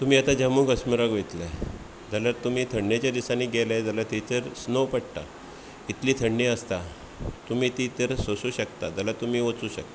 तुमी आता जम्मु काश्मिराक वयतलें जाल्यार तुमी थंडेच्या दिसांनी गेले जाल्यार थंयसर स्नो पडटा इतली थंडी आसता तुमी ती जर सोंसु शकता जाल्यार तुमी वचूंक शकता